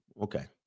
Okay